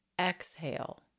Exhale